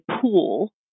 pool